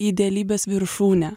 idealybės viršūnė